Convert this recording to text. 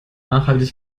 nachhaltig